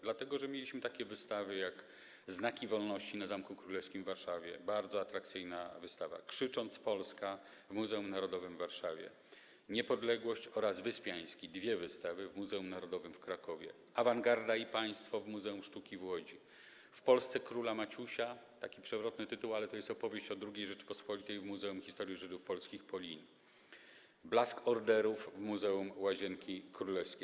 Dlatego że mieliśmy takie wystawy, jak: „Znaki wolności” na Zamku Królewskim w Warszawie, bardzo atrakcyjna wystawa; „Krzycząc: Polska!” w Muzeum Narodowym w Warszawie; „Niepodległość” oraz „Wyspiański” - dwie wystawy w Muzeum Narodowym w Krakowie; „Awangarda i państwo” w Muzeum Sztuki w Łodzi; „W Polsce króla Maciusia”, taki przewrotny tytuł, ale to jest opowieść o II Rzeczypospolitej w Muzeum Historii Żydów Polskich Polin; „Blask orderów” w Muzeum Łazienki Królewskie.